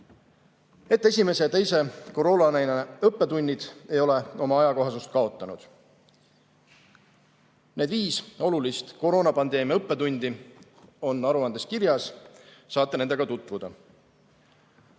et esimese ja teise koroonalaine õppetunnid ei ole oma ajakohasust kaotanud. Need viis olulist koroonapandeemia õppetundi on aruandes kirjas, saate nendega tutvuda.